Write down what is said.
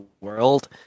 world